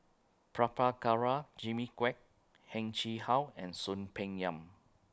Prabhakara Jimmy Quek Heng Chee How and Soon Peng Yam